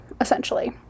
essentially